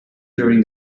during